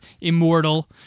immortal